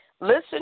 Listen